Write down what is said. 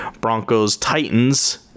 Broncos-Titans